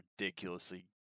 ridiculously